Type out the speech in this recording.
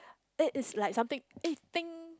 it is like something eh ting